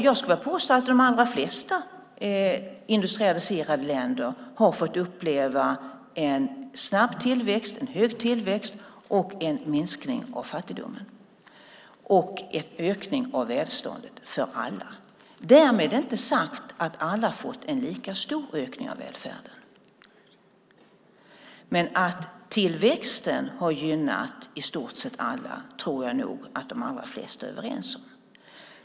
Jag skulle vilja påstå att de allra flesta industrialiserade länder har fått uppleva en snabb tillväxt, en hög tillväxt, en minskning av fattigdomen och en ökning av välståndet för alla. Därmed är det inte sagt att alla har fått en lika stor ökning av välfärden. Men att tillväxten har gynnat i stort sett alla tror jag att de allra flesta är överens om.